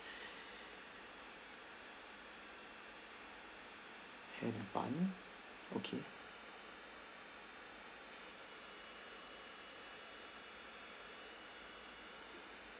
had a bun okay